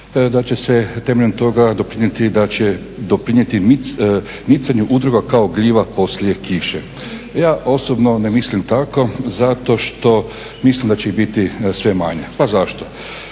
da će doprinijeti micanju udruga kao gljiva poslije kiše. Pa ja osobno ne mislim tako zato što mislim da će ih biti sve manje. Pa zašto?